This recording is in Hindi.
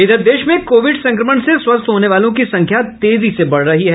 इधर देश में कोविड संक्रमण से स्वस्थ होने वालों की संख्या तेजी से बढ़ रही है